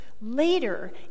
later